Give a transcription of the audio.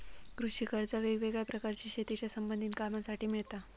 कृषि कर्जा वेगवेगळ्या प्रकारची शेतीच्या संबधित कामांसाठी मिळता